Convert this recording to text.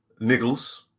Niggles